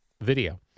video